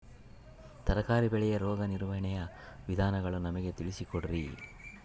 ತರಕಾರಿ ಬೆಳೆಯ ರೋಗ ನಿರ್ವಹಣೆಯ ವಿಧಾನಗಳನ್ನು ನಮಗೆ ತಿಳಿಸಿ ಕೊಡ್ರಿ?